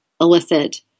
elicit